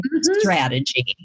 strategy